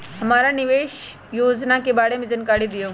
हमरा निवेस योजना के बारे में जानकारी दीउ?